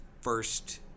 first